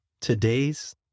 today's